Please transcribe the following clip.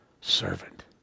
servant